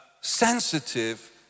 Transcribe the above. sensitive